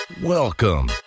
Welcome